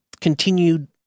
continued